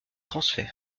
transfert